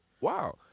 Wow